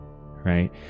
right